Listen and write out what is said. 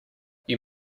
you